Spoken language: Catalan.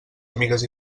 amigues